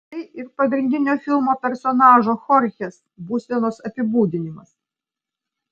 tai ir pagrindinio filmo personažo chorchės būsenos apibūdinimas